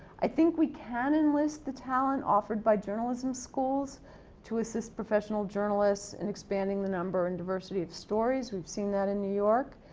i think we can enlist the talent offered by journalism schools to assist professional journalists in expanding the number and diversity of stories. we've seen that in new york.